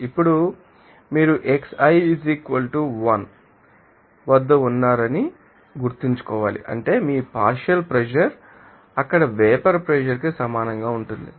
ఇప్పుడు మీరు xi 1 వద్ద ఉన్నారని గుర్తుంచుకోవాలి అంటే మీ పార్షియల్ ప్రెషర్ అక్కడ వేపర్ ప్రెషర్ ానికి సమానంగా ఉంటుంది